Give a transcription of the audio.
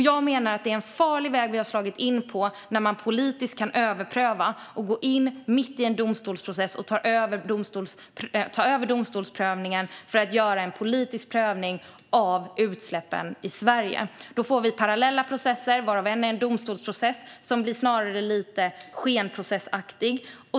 Jag menar att det är en farlig väg som vi har slagit in på när det går att politiskt överpröva och gå in mitt i en domstolsprocess och ta över domstolsprövningen för att göra en politisk prövning av utsläppen i Sverige. Då får vi parallella processer varav en är en domstolsprocess, som snarare blir lite skenprocessaktig.